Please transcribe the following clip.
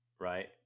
right